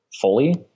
fully